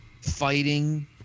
fighting –